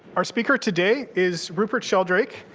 our speaker today is rupert sheldrake,